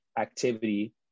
activity